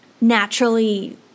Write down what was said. naturally